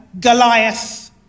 Goliath